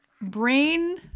brain